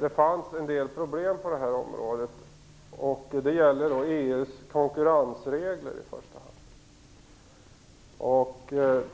det fanns en del problem på det här området. Det gäller i första hand EU:s konkurrensregler.